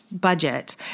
budget